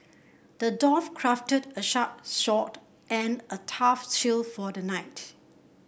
the dwarf crafted a sharp sword and a tough shield for the knight